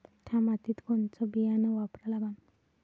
थ्या मातीत कोनचं बियानं वापरा लागन?